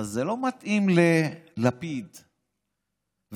אבל זה לא מתאים ללפיד ולדרוקר.